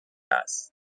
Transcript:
است